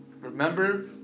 Remember